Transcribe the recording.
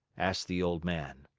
asked the old man.